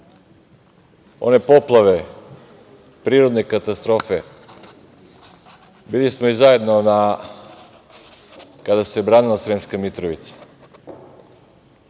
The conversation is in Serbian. one poplave, prirodne katastrofe, bili smo zajedno kada se branila Sremska Mitrovica.